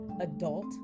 adult